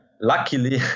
luckily